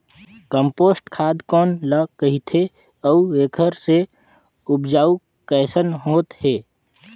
Compost खाद कौन ल कहिथे अउ एखर से उपजाऊ कैसन होत हे?